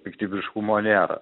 piktybiškumo nėra